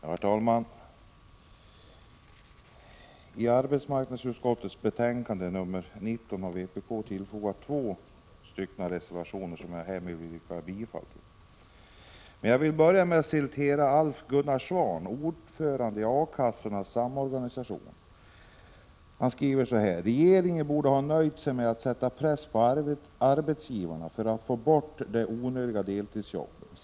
Herr talman! Till arbetsmarknadsutskottets betänkande 19 har vpk fogat två reservationer, som jag härmed vill yrka bifall till. Jag vill sedan börja med att citera Alf Gunnar Svahn, ordförande i A-kassornas samorganisation: ”Regeringen borde ha nöjt sig med att sätta press på arbetsgivarna för att få bort de onödiga deltidsjobben.